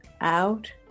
Out